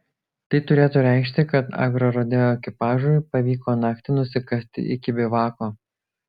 tai turėtų reikšti kad agrorodeo ekipažui pavyko naktį nusikasti iki bivako